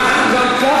רבותי,